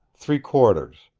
three-quarters,